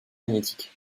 magnétique